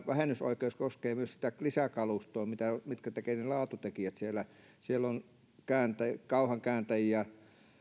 vähennysoikeus koskee myös sitä lisäkalustoa mikä tekee ne laatutekijät siellä siellä on kauhankääntäjiä